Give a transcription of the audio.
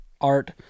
art